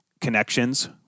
connections